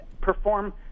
perform